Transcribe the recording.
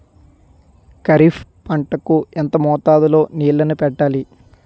ఖరిఫ్ పంట కు ఎంత మోతాదులో నీళ్ళని పెట్టాలి?